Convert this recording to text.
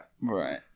Right